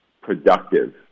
productive